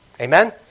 Amen